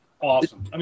awesome